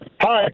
Hi